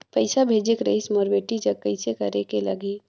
पइसा भेजेक रहिस मोर बेटी जग कइसे करेके लगही?